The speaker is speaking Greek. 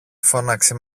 φώναξε